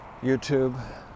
YouTube